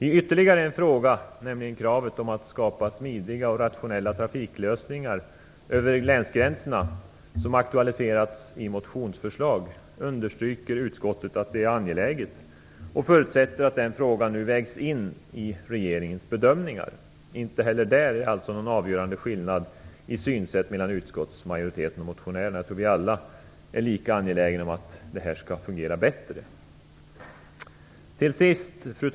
I ytterligare en fråga, nämligen när det gäller kravet på att skapa smidiga och rationella trafiklösningar över länsgränserna som aktualiserats i motionsförslag, understryker utskottet att detta är angeläget och förutsätter att denna fråga vägs in i regeringens bedömningar. Inte heller där är det alltså någon avgörande skillnad i synsätt mellan utskottsmajoriteten och motionären. Vi är alla lika angelägna om att detta skall fungera bättre. Fru talman!